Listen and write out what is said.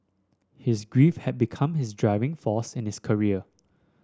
his grief had become his driving force in his career